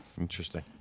Interesting